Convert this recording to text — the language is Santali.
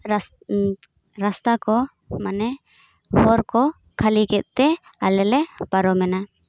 ᱨᱟᱥᱛᱟ ᱠᱚ ᱢᱟᱱᱮ ᱦᱚᱨ ᱠᱚ ᱠᱷᱟᱹᱞᱤ ᱠᱮᱫ ᱛᱮ ᱟᱞᱮᱞᱮ ᱯᱟᱨᱚᱢᱮᱱᱟ